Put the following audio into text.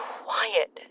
quiet